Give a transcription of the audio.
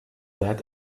that